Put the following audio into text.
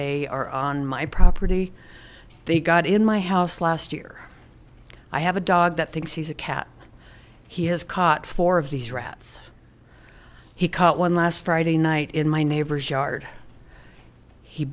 they are on my property they got in my house last year i have a dog that thinks he's a cat he has caught four of these rats he caught one last friday night in my neighbor's yard he